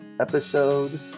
episode